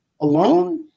alone